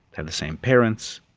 have the same parents.